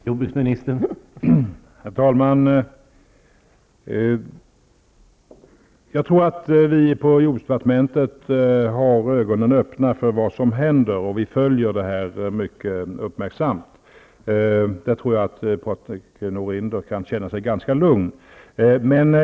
Herr talman! Jag tror att vi på jordbruksdepartementet har ögonen öppna för vad som händer, och vi följer frågorna mycket uppmärksamt. Patrik Norinder kan känna sig ganska lugn.